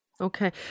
Okay